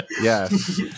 Yes